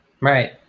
Right